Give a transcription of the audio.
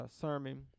sermon